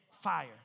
fire